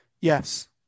Yes